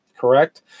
correct